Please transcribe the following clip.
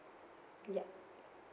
yup